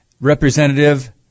representative